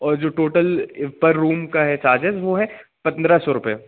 और जो टोटल पर रूम का है चार्जेज़ वह है पंद्रह सौ रुपये